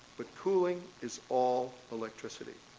but cooling is all electricity.